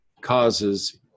causes